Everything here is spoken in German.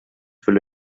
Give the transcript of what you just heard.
fülle